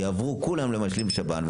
יעברו כולם למשלים שב"ן.